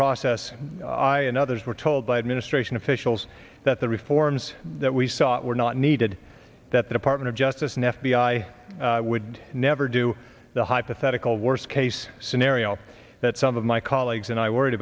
process i and others were told by administration officials that the reforms that we saw were not needed that the department of justice and f b i would never do the hypothetical worst case scenario that some of my colleagues and i worried